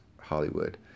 Hollywood